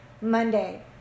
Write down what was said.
Monday